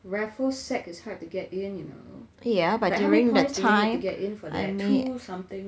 raffles sec is hard to get in you know like how many points do you need to get in for that two something